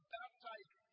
baptized